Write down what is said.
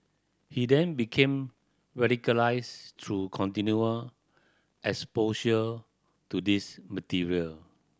he then became radicalised through continued exposure to these material